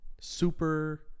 super